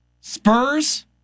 Spurs